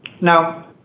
Now